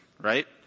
right